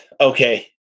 Okay